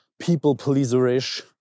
people-pleaser-ish